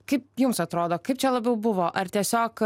kaip jums atrodo kaip čia labiau buvo ar tiesiog